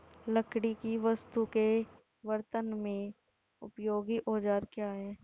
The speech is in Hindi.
लकड़ी की वस्तु के कर्तन में उपयोगी औजार क्या हैं?